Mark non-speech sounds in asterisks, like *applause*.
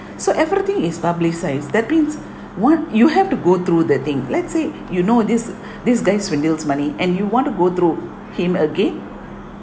so everything is publicised that means what you have to go through the thing let's say you know this *breath* these guys renews money and you want to go through him again